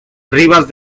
rivas